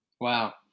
Wow